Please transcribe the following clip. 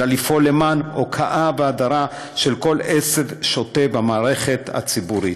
אלא לפעול למען הוקעה והדרה של כל עשב שוטה מהמערכת הציבורית.